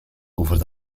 over